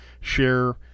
share